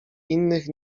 innych